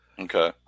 Okay